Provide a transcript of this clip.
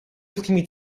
ultimi